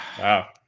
wow